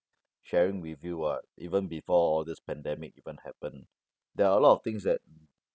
sharing with you [what] even before this pandemic even happened there are a lot of things that